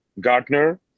gartner